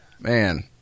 man